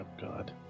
God